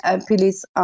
please